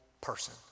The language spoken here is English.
person